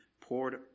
poured